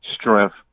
strength